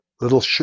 little